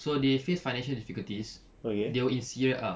so they face financial difficulties they were in serie ah